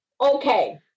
okay